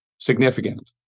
significant